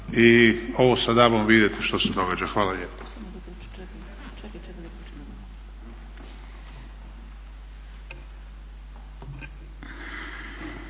i ovo sa DAB-om vidjeti što se događa. Hvala lijepo.